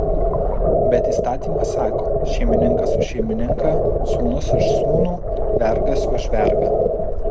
bet įstatymas sako šeimininkas už šeimininką sūnus už sūnų vergas už vergą